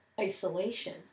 isolation